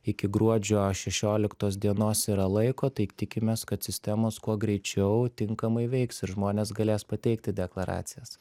iki gruodžio šešioliktos dienos yra laiko tai tikimės kad sistemos kuo greičiau tinkamai veiks ir žmonės galės pateikti deklaracijas